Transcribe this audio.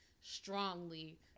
strongly